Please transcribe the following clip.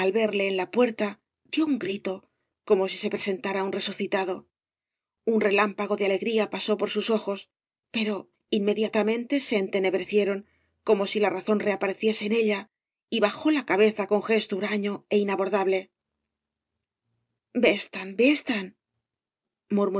verle en la puerta dio un grito como ai ee presentara ua resucitado ua relámpago de alegría pasó por sus ojos pero inmediatamente se entenebrecieron como si la razóa reapareciese en ella y bajó la cabeza con gesto huraño é inabordable